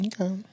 Okay